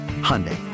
Hyundai